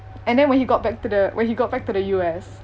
and then when he got back to the when he got back to the U_S